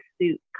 suit